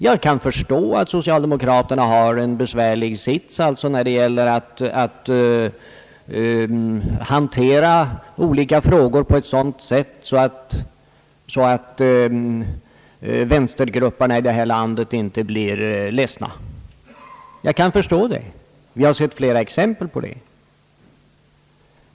Jag kan förstå att socialdemokraterna har en besvärlig sits när det gäller att hantera olika frågor på ett sådant sätt att vänstergrupperna här i landet inte blir ledsna; vi har sett flera exempel på detta.